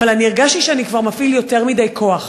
אבל הרגשתי שאני כבר מפעיל יותר מדי כוח.